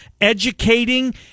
educating